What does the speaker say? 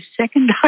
second